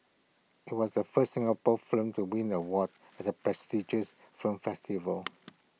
IT was the first Singapore film to win award at the prestigious film festival